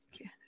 yes